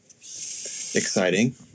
Exciting